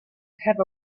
have